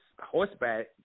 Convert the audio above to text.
horseback